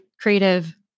creative